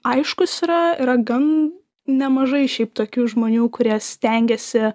aiškus yra yra gan nemažai šiaip tokių žmonių kurie stengiasi